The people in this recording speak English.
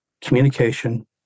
communication